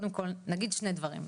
קודם כל אני אגיד שני דברים,